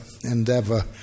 endeavor